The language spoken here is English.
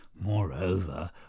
Moreover